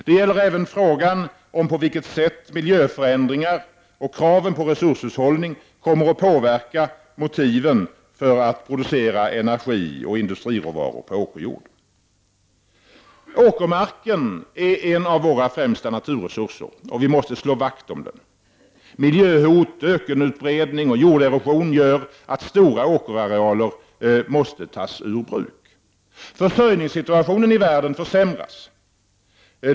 Det gäller även frågan om på vilket sätt miljöförändringar och kraven på resurshushållning kommer att påverka motiven för att producera energioch industriråvaror på åkerjord. Åkermarken är en av våra främsta naturresurser och vi måste slå vakt om den. Miljöhot, ökenutbredning och jorderosion gör att stora arealer åkermark måste tas ur bruk. Försörjningssituationen i världen försämras.